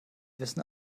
wissen